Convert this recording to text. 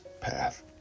path